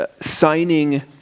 signing